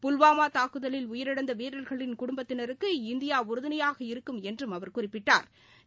புல்வாமா தாக்குதலில் உயிரிழந்த வீரர்களின் குடும்பத்தினருக்கு இந்தியா உறுதணையாக இருக்கும் என்று அவர் குறிப்பிட்டா்